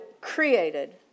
created